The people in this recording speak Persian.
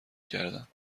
کردم